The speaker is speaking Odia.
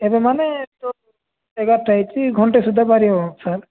ଏବେ ମାନେ ତ ଏଗାରଟା ହୋଇଛି ଘଣ୍ଟେ ସୁଦ୍ଧା ବାହାରି ହେବ ସାର୍